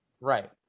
Right